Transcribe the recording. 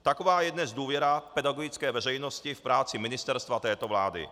Taková je dnes důvěra pedagogické veřejnosti v práci ministerstva této vlády.